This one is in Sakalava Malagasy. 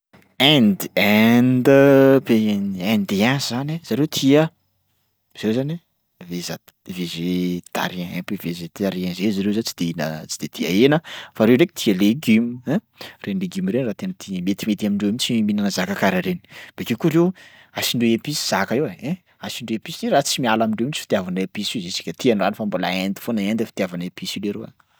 Inde Inde pays in- indien zany, zareo tia zareo zany végat- végétarien un peu végétarien zay zareo zany tsy de tia hina- tsy de tia hena fa reo ndraiky tia legioma ein reny legioma reny raha tena tia metimety amindreo mihitsy mihinana zaka karaha reny. Bakeo koa reo asiandreo episy zaka io e, ein asiandreo episy, io raha tsy miala amindreo mihitsy fitiavana episy io juska ty androany fa mbola Inde foana, Inde ny fitiavana episy io leroa.